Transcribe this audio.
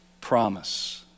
promise